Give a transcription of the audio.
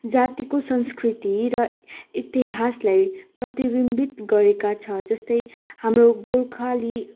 जातिको संस्कृति र इतिहासलाई प्रतिविम्बित गरेको छ जस्तै हाम्रो गोर्खाली